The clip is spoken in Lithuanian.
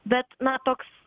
bet na toks